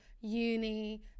uni